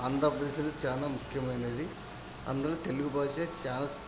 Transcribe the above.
ఆంధ్రప్రదేశ్లో చాలా ముఖ్యమైనది అందులో తెలుగు భాష చాలా